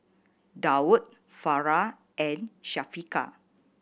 Daud Farah and Syafiqah